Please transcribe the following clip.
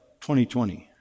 2020